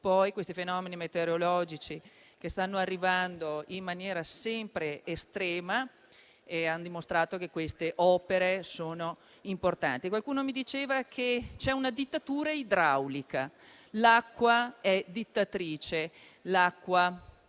questi fenomeni meteorologici, che si stanno verificando in maniera sempre estrema, hanno dimostrato che queste opere sono importanti. Qualcuno diceva che c'è una dittatura idraulica: l'acqua è dittatrice, l'acqua è domina